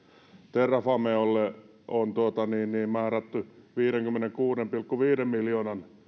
terrafamelle on määrätty viidenkymmenenkuuden pilkku viiden miljoonan